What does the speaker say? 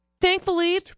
Thankfully